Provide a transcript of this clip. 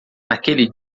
naquele